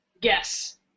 guess